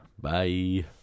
bye